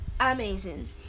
amazing